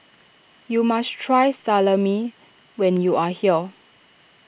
you must try Salami when you are here